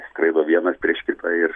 skraido vienas prieš kitą ir